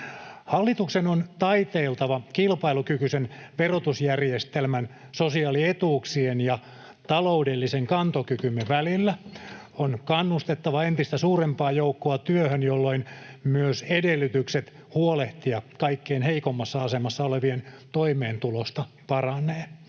Hallituksen on taiteiltava kilpailukykyisen verotusjärjestelmän, sosiaalietuuksien ja taloudellisen kantokykymme välillä. On kannustettava entistä suurempaa joukkoa työhön, jolloin myös edellytykset huolehtia kaikkein heikoimmassa asemassa olevien toimeentulosta paranee.